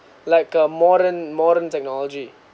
like a modern modern technology